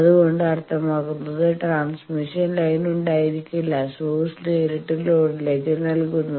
അതുകൊണ്ട് അർത്ഥമാകുന്നത് transmission line ഉണ്ടായിരിക്കില്ല സോഴ്സ് നേരിട്ട് ലോഡ്ലേക്ക് നൽകുന്നു